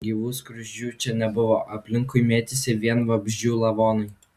gyvų skruzdžių čia nebuvo aplinkui mėtėsi vien vabzdžių lavonai